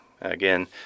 Again